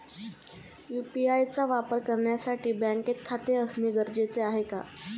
UPI चा वापर करण्यासाठी बँकेत खाते असणे गरजेचे आहे का?